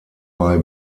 bei